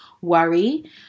worry